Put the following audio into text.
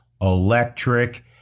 electric